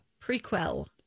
Prequel